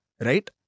right